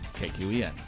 KQEN